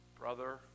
Brother